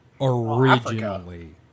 originally